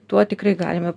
tuo tikrai galime